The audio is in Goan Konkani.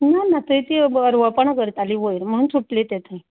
ना ना थंय ती अरवळपणां करताली वयर म्हणून सुटलें तें थंय